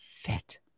fit